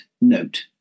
note